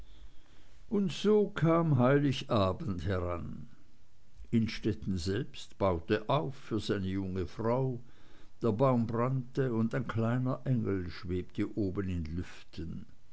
und so kam heiligabend heran innstetten selbst baute auf für seine junge frau der baum brannte und ein kleiner engel schwebte oben in lüften